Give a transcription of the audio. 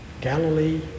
Galilee